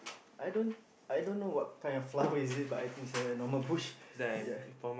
I don't I don't know what kind of flower is it but I think it's a normal bush ya